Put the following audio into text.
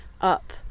up